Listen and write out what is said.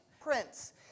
prince